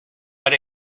but